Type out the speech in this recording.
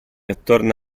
attorno